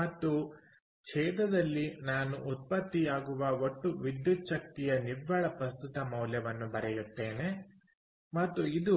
ಮತ್ತು ಛೇದದಲ್ಲಿ ನಾನು ಉತ್ಪತ್ತಿಯಾಗುವ ಒಟ್ಟು ವಿದ್ಯುಚ್ಛಕ್ತಿಯ ನಿವ್ವಳ ಪ್ರಸ್ತುತ ಮೌಲ್ಯವನ್ನು ಬರೆಯುತ್ತೇನೆ ಮತ್ತು ಇದು